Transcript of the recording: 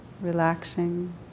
relaxing